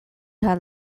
kaj